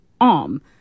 arm